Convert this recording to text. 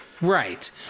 Right